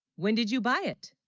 when did you buy it